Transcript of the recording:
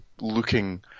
looking